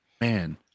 man